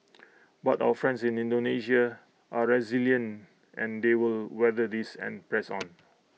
but our friends in Indonesia are resilient and they will weather this and press on